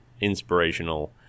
inspirational